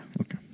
okay